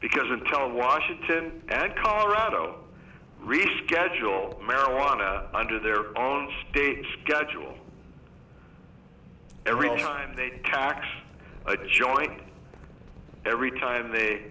because of tell washington and colorado reschedule marijuana under their own stage schedule every time they tax a joint every time they